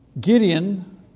Gideon